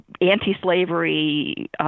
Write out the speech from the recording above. anti-slavery